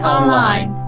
Online